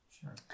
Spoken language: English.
Sure